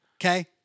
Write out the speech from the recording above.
Okay